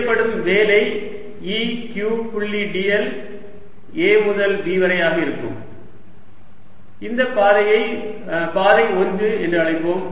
செய்யப்படும் வேலை E q புள்ளி dl A முதல் B வரை ஆக இருக்கும் இந்த பாதையை பாதை 1 என்று அழைப்போம்